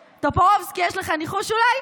טופורובסקי, יש לך ניחוש אולי?